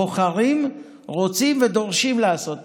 הם בוחרים, רוצים ודורשים לעשות מילואים.